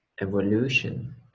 evolution